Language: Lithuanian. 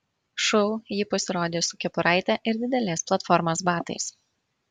šou ji pasirodė su kepuraite ir didelės platformos batais